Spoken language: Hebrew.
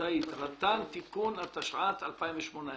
-- (רט"ן)) (תיקון), התשע"ט-2018.